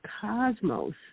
cosmos